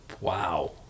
Wow